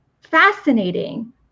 fascinating